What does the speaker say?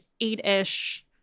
eight-ish